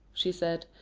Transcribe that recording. she said,